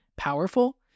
powerful